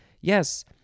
Yes